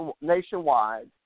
nationwide